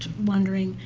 wondering.